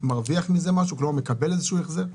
מרוויח מזה משהו, כלומר מקבל איזשהו החזר?